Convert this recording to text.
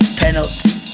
penalty